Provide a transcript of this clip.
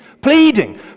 pleading